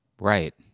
Right